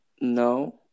No